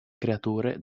creature